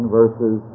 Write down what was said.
verses